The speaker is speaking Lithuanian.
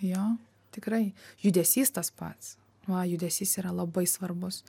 jo tikrai judesys tas pats va judesys yra labai svarbus